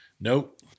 Nope